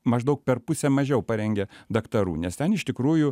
maždaug per pusę mažiau parengia daktarų nes ten iš tikrųjų